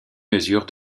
mesure